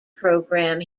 program